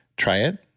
try it,